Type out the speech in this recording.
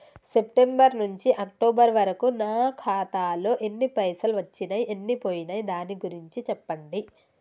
September నుంచి October వరకు నా ఖాతాలో ఎన్ని పైసలు వచ్చినయ్ ఎన్ని పోయినయ్ దాని గురించి చెప్పండి?